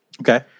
Okay